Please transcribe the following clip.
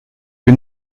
que